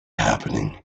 happening